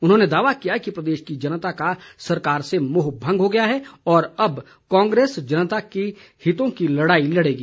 उन्होंने दावा किया कि प्रदेश की जनता का सरकार से मोह भंग हो गया है और अब कांग्रेस जनता के हितों की लड़ाई लड़ेगी